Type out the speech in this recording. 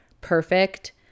perfect